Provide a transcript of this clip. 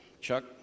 Chuck